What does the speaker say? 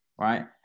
right